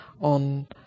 on